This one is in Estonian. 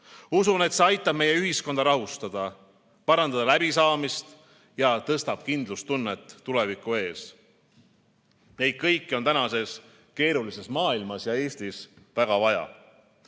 Usun, et see aitab meie ühiskonda rahustada, parandab läbisaamist ja tõstab kindlustunnet tuleviku ees. Seda kõike on tänases keerulises maailmas ja Eestis väga